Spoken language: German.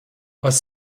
was